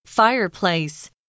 Fireplace